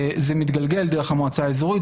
זה מתגלגל דרך המועצה האזורית,